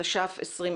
התש"ף-2020.